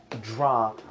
Draw